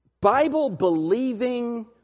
Bible-believing